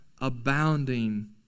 abounding